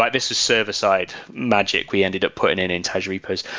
like this is server side magic we ended up putting and and azure repos.